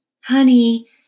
honey